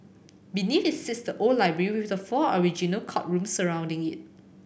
beneath it sits the old library with the four original courtrooms surrounding it